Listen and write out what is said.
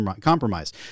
compromise